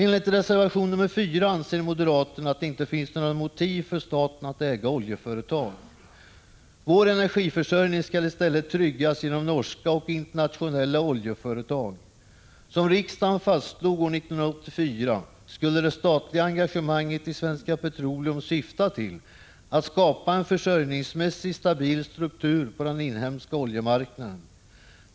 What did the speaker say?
Enligt reservation nr 4 anser moderaterna att det inte finns några motiv för staten att äga oljeföretag. Vår energiförsörjning skall i stället tryggas genom norska och internationella oljeföretag. Som riksdagen fastslog år 1984 skulle det statliga engagemanget i Svenska Petroleum syfta till att skapa en försörjningsmässigt stabil struktur på den inhemska oljemarknaden.